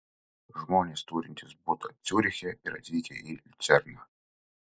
žmonės turintys butą ciuriche ir atvykę į liucerną